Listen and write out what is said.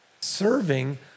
Serving